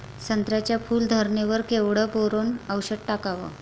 संत्र्याच्या फूल धरणे वर केवढं बोरोंन औषध टाकावं?